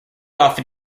off